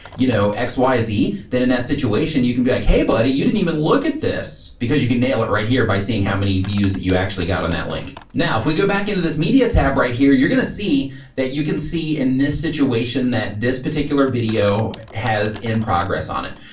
you know, x, y, z. then in that situation you can be like, hey buddy, you didn't even look at this because you can nail it right here by seeing how many views that you actually got on that link. now, if we go back into this media tab right here you're gonna see that you can see in this situation that this particular video has in progress on it.